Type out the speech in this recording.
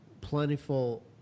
plentiful